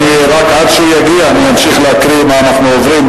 עד שהוא יגיע, אני אמשיך להקריא מה אנחנו עוברים.